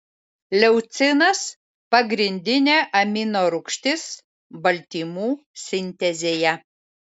leucinas pagrindinė amino rūgštis baltymų sintezėje